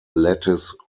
lattice